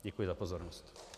Děkuji za pozornost.